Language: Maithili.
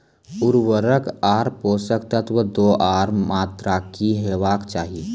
उर्वरक आर पोसक तत्व देवाक मात्राकी हेवाक चाही?